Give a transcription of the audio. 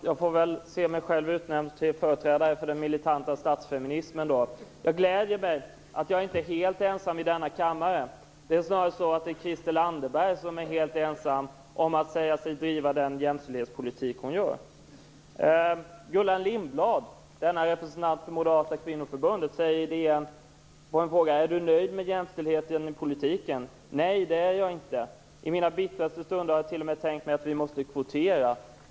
Herr talman! Då får jag väl se mig själv utnämnd till företrädare för den militanta statsfeminismen. Det gläder mig att jag inte är helt ensam i denna kammare. Det är snarare Christel Anderberg som är helt ensam om att driva den jämställdhetspolitik hon gör. Gullan Lindblad - denna representant för Moderata kvinnoförbundet - får i DN frågan om hon är nöjd med jämställdheten i politiken. Hon svarar att hon inte är det: "I mina bittraste stunder har jag t.o.m. tänkt mig att vi måste kvotera."